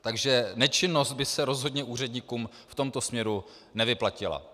Takže nečinnost by se rozhodně úředníkům v tomto směru nevyplatila.